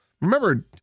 Remember